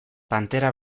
pantera